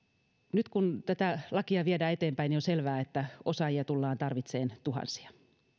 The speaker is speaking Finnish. nyt kun tätä lakia viedään eteenpäin niin on selvää että osaajia tullaan tarvitsemaan tuhansia